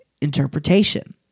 interpretation